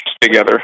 together